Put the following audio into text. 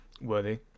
worthy